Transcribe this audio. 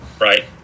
right